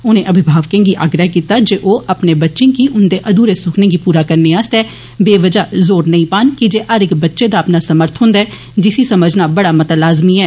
उनें अविभावकें गी आग्रह कीता जे ओ अपने बच्चें गी उन्दे अद्दरे सुखनें गी पूरा करने आस्तै बेवजह जोर नेईं पान कीजे हर इक्क बच्चें दा अपना समर्थ होन्दा ऐ जिसी समझना बड़ा मता लाजमी ऐ